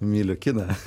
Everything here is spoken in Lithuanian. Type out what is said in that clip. myliu kiną